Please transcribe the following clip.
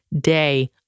Day